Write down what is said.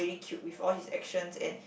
really cute with all his actions and